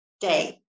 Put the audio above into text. day